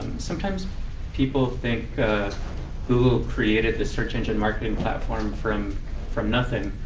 sometimes people think google created the search engine marketing platform from from nothing.